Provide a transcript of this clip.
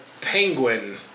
Penguin